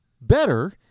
better